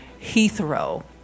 Heathrow